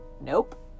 nope